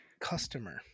customer